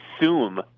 assume